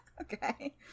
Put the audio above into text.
Okay